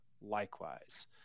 likewise